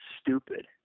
stupid